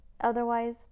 Otherwise